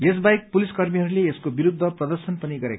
यस बाहेक पुलिस कर्मीहरूले यसको विरूद्ध प्रदर्शन पनि गरे